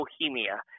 Bohemia